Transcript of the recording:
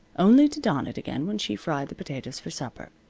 only to don it again when she fried the potatoes for supper.